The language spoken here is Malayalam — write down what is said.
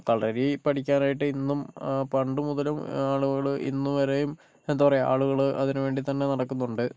അപ്പോ കളരി പഠിക്കാനായിട്ട് ഇന്നും പണ്ട് മുതലും ആളുകള് ഇന്ന് വരെയും എന്താ പറയുക ആളുകൾ അതിന് വേണ്ടി തന്നെ നടക്കുന്നുണ്ട്